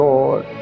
Lord